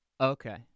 okay